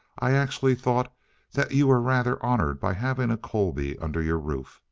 i actually thought that you were rather honored by having a colby under your roof.